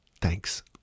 Thanks